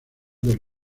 del